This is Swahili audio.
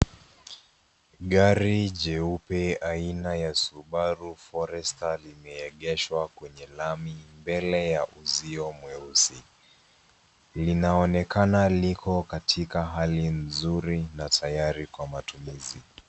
Gari jeupe aina ya Subaru Forester limeegeshwa kwenye lami mbele ya uzio mweusi. Linaonekana liko katika hali nzuri na tayari kwa matumizi.